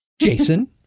Jason